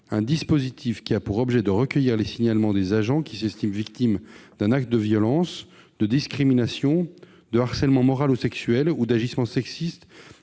un dispositif qui a pour objet de recueillir les signalements des agents qui s'estiment victimes d'un acte de violence, de discrimination, de harcèlement moral ou sexuel ou d'agissements sexistes